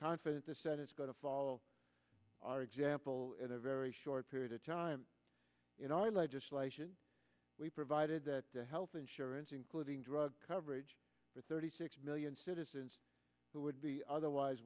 confident the senate is going to follow our example in a very short period of time in our legislation we provided that health insurance including drug coverage for thirty six million citizens who would be otherwise